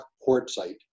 quartzite